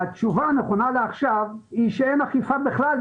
התשובה הנכונה לעכשיו היא שאין אכיפה בכלל,